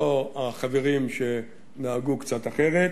לא החברים שנהגו קצת אחרת.